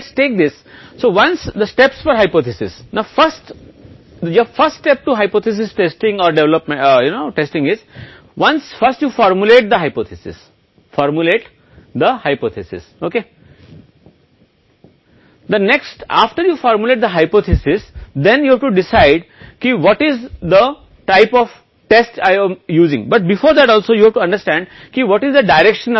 परिकल्पना परीक्षण के लिए आपका पहला कदम परिकल्पना करना तैयार होता है परिकल्पना तैयार करने के बाद आपको यह तय करना होगा कि किस प्रकार का परीक्षण कर रहा हूं इससे पहले उपयोग करके आपको यह भी समझना होगा कि परीक्षण की दिशा क्या है